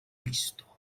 visto